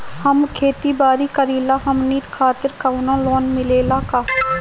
हम खेती बारी करिला हमनि खातिर कउनो लोन मिले ला का?